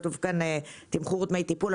כתוב: תמחור דמי טיפול,